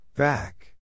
Back